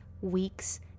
weeks